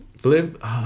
flip